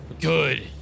Good